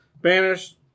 banish